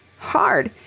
hard!